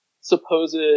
supposed